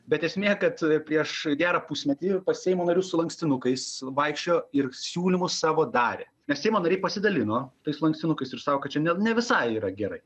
bet esmė kad prieš gerą pusmetį pas seimo narius su lankstinukais vaikščiojo ir siūlymus savo darė nes seimo nariai pasidalino tais lankstinukais ir sako kad čia ne ne visai yra gerai